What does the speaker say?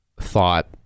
thought